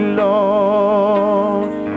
lost